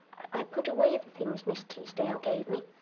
i put away the things miss teasdale gave me.